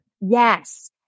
Yes